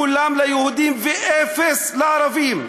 כולם ליהודים ואפס לערבים,